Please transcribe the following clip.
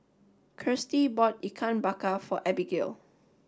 Kirstie bought Ikan Bakar for Abigale